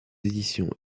éditions